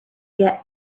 yet